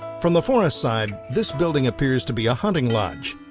from the forest side, this building appears to be a hunting lodge.